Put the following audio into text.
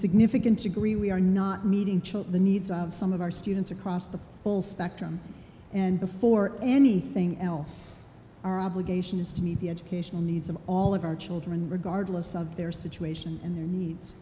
significant degree we are not meeting chill the needs of some of our students across the full spectrum and before anything else our obligation is to meet the educational needs of all of our children regardless of their situation and their needs